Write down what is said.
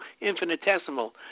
infinitesimal